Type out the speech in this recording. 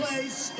Place